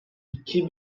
iki